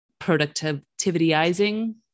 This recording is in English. productivityizing